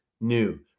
new